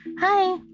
Hi